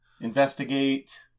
Investigate